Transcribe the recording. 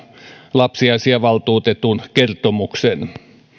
lapsiasiavaltuutetun kertomuksen